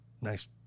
nice